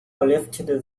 lifted